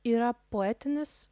yra poetinis